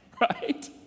right